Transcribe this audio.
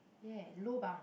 ya lobang